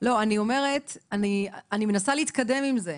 אני מנסה להתקדם עם זה,